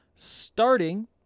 starting